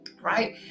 right